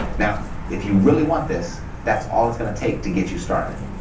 now if you really want this, that's all it's going to take to get you started.